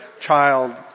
child